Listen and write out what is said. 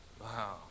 Wow